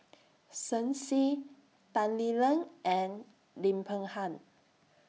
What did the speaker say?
Shen Xi Tan Lee Leng and Lim Peng Han